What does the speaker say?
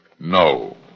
No